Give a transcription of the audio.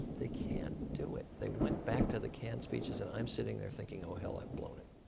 they can't do it. they went back to the canned speeches. and i'm sitting there thinking, oh hell i've blown it.